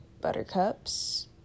Buttercups